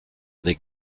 des